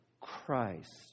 Christ